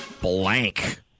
blank